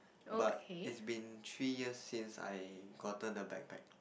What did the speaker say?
but is been three years since I gotten a backpack